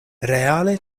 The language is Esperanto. reale